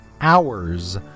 hours